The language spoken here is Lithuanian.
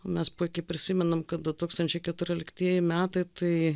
mes puikiai prisimenam kad du tūkstančiai keturioliktieji metai tai